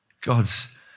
God's